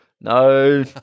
No